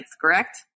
correct